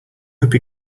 hope